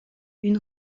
une